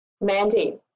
Mandy